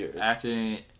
acting